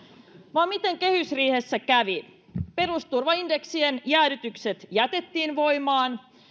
vaan miten kehysriihessä kävi perusturvaindeksien jäädytykset jätettiin voimaan